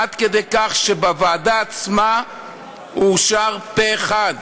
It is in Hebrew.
עד כדי כך שבוועדה עצמה הוא אושר פה-אחד,